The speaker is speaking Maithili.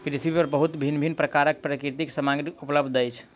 पृथ्वी पर बहुत भिन्न भिन्न प्रकारक प्राकृतिक सामग्री उपलब्ध अछि